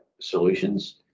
solutions